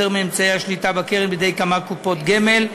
מאמצעי השליטה בקרן בידי כמה קופות גמל,